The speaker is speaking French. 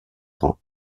grand